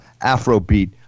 Afrobeat